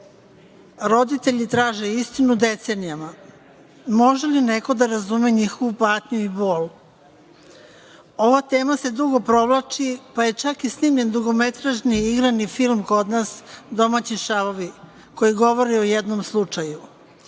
Roditelji traže istinu, dece nema. Može li neko da razume njihovu patnju i bol? Ova tema se dugo provlači, pa je čak i snimljen dugometražni igrani film kod nas „Šavovi“ koji govori o jednom